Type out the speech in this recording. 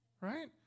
Right